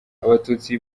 abatutsi